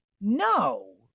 no